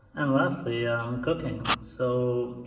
and lastly i'm cooking so